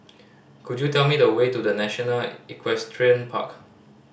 could you tell me the way to The National Equestrian Park